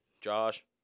Josh